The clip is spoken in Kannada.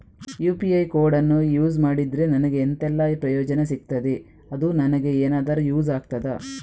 ಯು.ಪಿ.ಐ ಕೋಡನ್ನು ಯೂಸ್ ಮಾಡಿದ್ರೆ ನನಗೆ ಎಂಥೆಲ್ಲಾ ಪ್ರಯೋಜನ ಸಿಗ್ತದೆ, ಅದು ನನಗೆ ಎನಾದರೂ ಯೂಸ್ ಆಗ್ತದಾ?